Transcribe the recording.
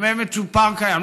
המתווה המצ'ופר קיים,